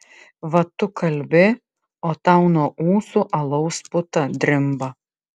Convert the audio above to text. va tu kalbi o tau nuo ūsų alaus puta drimba